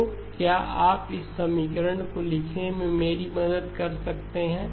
तो क्या आप इस समीकरण को लिखने में मेरी मदद कर सकते हैं